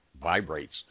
vibrates